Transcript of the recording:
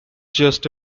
just